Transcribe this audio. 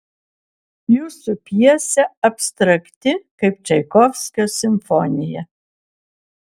jūsų pjesė abstrakti kaip čaikovskio simfonija